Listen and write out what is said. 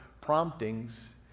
promptings